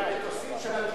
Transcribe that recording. אולי זה מהמטוסים של הכיבוי.